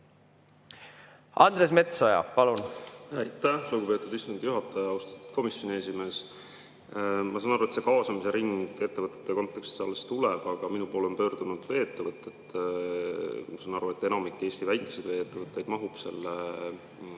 Andres Metsoja, palun! Aitäh, lugupeetud istungi juhataja! Austatud komisjoni esimees! Ma saan aru, et see kaasamise ring ettevõtete kontekstis alles tuleb, aga minu poole on pöördunud vee-ettevõtted. Ma saan aru, et enamik Eesti väikseid vee-ettevõtteid mahub selle